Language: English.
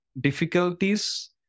difficulties